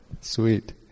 sweet